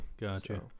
Gotcha